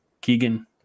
Keegan